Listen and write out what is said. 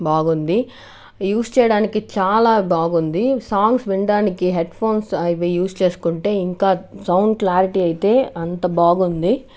బాగుంది యూస్ చేయడానికి చాలా బాగుంది సాంగ్స్ వినడానికి హెడ్ఫోన్స్ అవి యూస్ చేసుకుంటే ఇంకా సౌండ్ క్లారిటీ అయితే అంత బాగుంది